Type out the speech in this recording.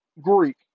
Greek